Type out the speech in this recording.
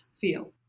feel